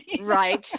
Right